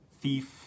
thief